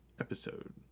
episode